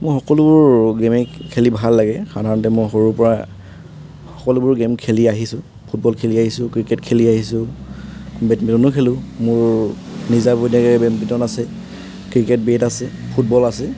মই সকলোবোৰ গেমেই খেলি ভাল লাগে সাধাৰণতে মই সৰুৰ পৰা সকলোবোৰ গেইম খেলি আহিছোঁ ফুটবল খেলি আহিছোঁ ক্ৰিকেট খেলি আহিছোঁঁ বেডমিন্টনো খেলোঁ মোৰ নিজাববীয়াকৈ বেডমিন্টন আছে ক্ৰিকেট বেট আছে ফুটবল আছে